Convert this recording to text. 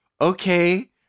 okay